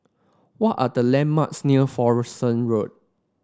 what are the landmarks near Florence Road